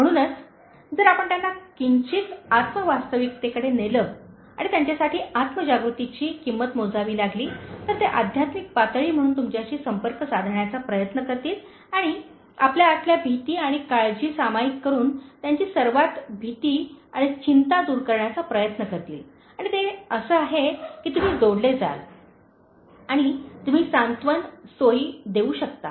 म्हणूनच जर आपण त्यांना किंचित आत्म वास्तविकतेकडे नेले आणि त्यांच्यासाठी आत्म जागृतीची किंमत मोजावी लागली तर ते आध्यात्मिक पातळी म्हणून तुमच्याशी संपर्क साधण्याचा प्रयत्न करतील आणि आपल्या आतल्या भीती आणि काळजी सामायिक करुन त्यांची सर्वात भिती आणि चिंता दूर करण्याचा प्रयत्न करतील आणि ते असे आहे की तुम्ही जोडले जाल आणि तुम्ही सांत्वन सोयी देऊ शकता